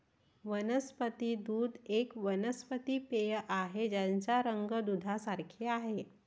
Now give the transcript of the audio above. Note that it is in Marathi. वनस्पती दूध एक वनस्पती पेय आहे ज्याचा रंग दुधासारखे आहे